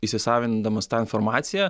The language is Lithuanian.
įsisavindamas tą informaciją